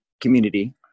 community